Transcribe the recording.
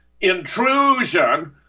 intrusion